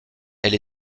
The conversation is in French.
elle